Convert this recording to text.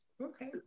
Okay